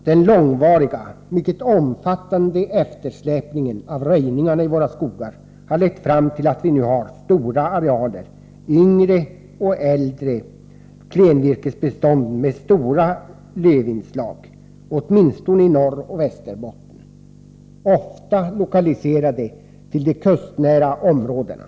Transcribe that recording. Den långvariga mycket omfattande eftersläpningen av röjningarna i våra skogar har lett fram till att vi nu har stora arealer yngre och äldre klenvirkesbestånd med stora lövinslag, åtminstone i Norroch Västerbotten, ofta lokaliserade till de kustnära områdena.